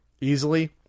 Easily